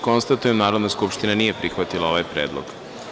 Konstatujem da Narodna skupština nije prihvatila ovaj predlog.